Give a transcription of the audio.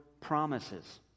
promises